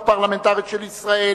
בישראל,